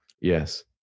Yes